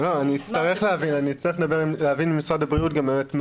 אני אצטרך להבין ממשרד הבריאות באמת מה